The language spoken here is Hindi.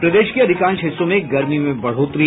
और प्रदेश के अधिकांश हिस्सों में गर्मी में बढ़ोतरी